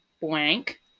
blank